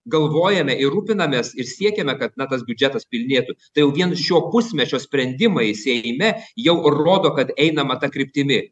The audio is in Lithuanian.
galvojame ir rūpinamės ir siekiame kad na tas biudžetas pilnėtų tai jau vien šio pusmečio sprendimai seime jau ir rodo kad einama ta kryptimi